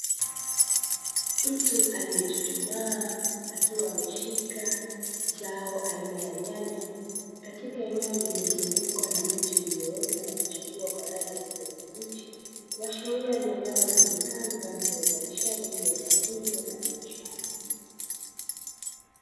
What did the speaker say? Mtu aliyechuchumaa akiwa ameshika zao aina ya nyanya katika eneo lililozungukwa na miche iliyoota na kuchipua kwa rangi ya kijani kibichi, kuashiria maeneo yatumikayo kwa ajili ya uzalishaji wa zao hilo la biashara.